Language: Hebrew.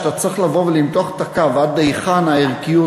כשאתה צריך לבוא ולמתוח את הקו עד היכן הערכיות,